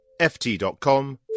ft.com